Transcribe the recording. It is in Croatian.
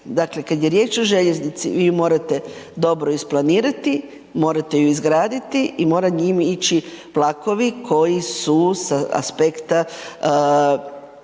Dakle, kada je riječ o željeznici vi ju morate dobro isplanirati, morate ju izgraditi i mora njim ići vlakovi koji su sa aspekta